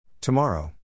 Tomorrow